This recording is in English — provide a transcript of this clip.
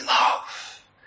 love